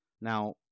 now